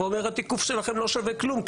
ואומר התיקוף שלכם לא שווה כלום,